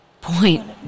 point